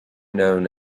known